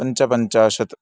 पञ्चपञ्चाशत्